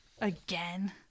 again